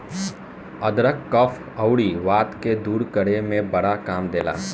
अदरक कफ़ अउरी वात के दूर करे में बड़ा काम देला